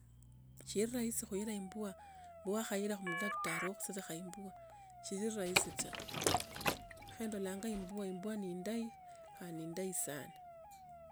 Che rahisi kuila imbwa, bwa khaira khu mu daktari wa kushilikha imbwa, chirhi rahisi ta kho ndola ngai imbwa imbwa ne indayi khandi ne indayi sana.